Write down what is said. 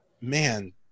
man